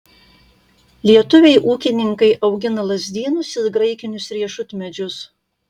lietuviai ūkininkai augina lazdynus ir graikinius riešutmedžius